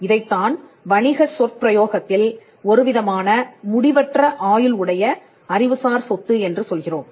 இதைத்தான் வணிகச் சொற்பிரயோகத்தில் ஒருவிதமான முடிவற்ற ஆயுள் உடைய அறிவுசார் சொத்து என்று சொல்கிறோம்